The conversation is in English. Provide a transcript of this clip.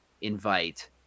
invite